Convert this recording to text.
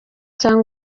cyangwa